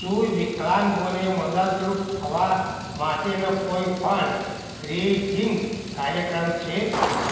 શું વિકલાંગોને મદદરૂપ થવા માટેનો કોઈ ફંડ રેઇઝિંગ કાર્યક્રમ છે